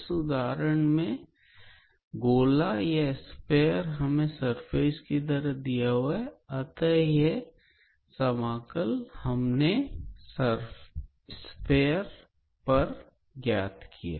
इस उदाहरण में गोला हमें सरफेस की तरह दिया हुआ है अतः यह समाकल हमने गोले पर ज्ञात किया है